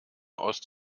ost